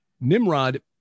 Nimrod